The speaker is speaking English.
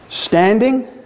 Standing